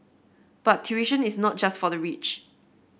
but tuition is not just for the rich